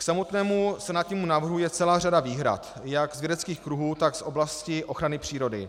K samotnému senátnímu návrhu je celá řada výhrad jak z vědeckých kruhů, tak z oblasti ochrany přírody.